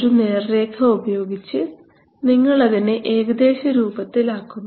ഒരു നേർരേഖ ഉപയോഗിച്ച് നിങ്ങളതിനെ ഏകദേശ രൂപത്തിൽ ആക്കുന്നു